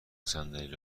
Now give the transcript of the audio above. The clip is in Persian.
صندلی